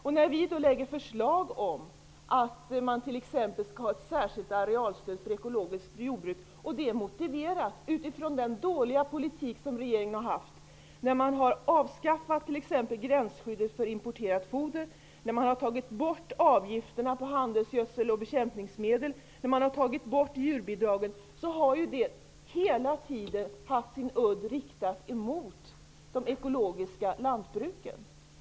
Vi har exempelvis lagt förslag om att man skulle ha ett särskilt arealstöd för ekologiskt jordbruk, motiverat av den dåliga politik som regeringen har fört då man har avskaffat gränsskyddet för importerat foder, tagit bort avgifterna på handelsgödsel och bekämpningsmedel och tagit bort djurbidraget. Detta har hela tiden haft sin udd riktad mot de ekologiska lantbruken.